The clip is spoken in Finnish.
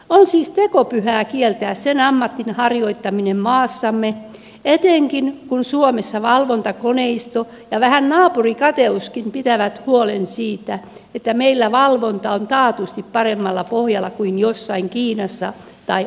on siis tekopyhää kieltää sen ammatin harjoittaminen maassamme etenkin kun suomessa valvontakoneisto ja vähän naapurikateuskin pitävät huolen siitä että meillä valvonta on taatusti paremmalla pohjalla kuin jossain kiinassa tai aasiassa